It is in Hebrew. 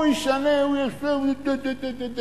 הוא ישנה, הוא יעשה, הוא טה-טה-טה-טה.